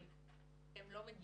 אבל אם הם לא מגיעים,